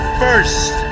first